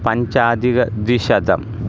पञ्चाधिकद्विशतम्